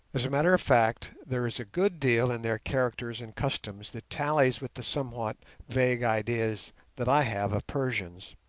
as a matter of fact, there is a good deal in their characters and customs that tallies with the somewhat vague ideas that i have of persians.